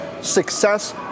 success